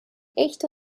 echte